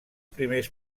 primers